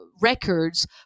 records